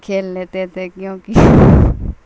کھیل لیتے تھے کیونکہ